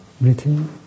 breathing